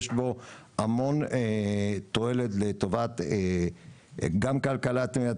יש לו המון תועלת לטובת גם כלכלת מדינת